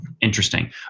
Interesting